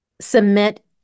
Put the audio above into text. submit